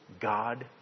God